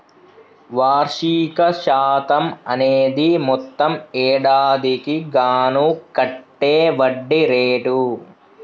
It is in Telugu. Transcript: వార్షిక శాతం అనేది మొత్తం ఏడాదికి గాను కట్టే వడ్డీ రేటు